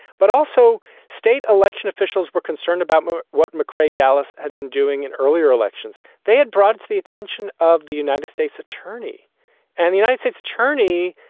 but also state election officials were concerned about what mccray, dallas had been doing in earlier elections. they had brought to the attention of the united states attorney and the united states. cherney,